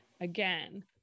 Again